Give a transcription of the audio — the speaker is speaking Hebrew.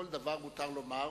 כל דבר מותר לומר,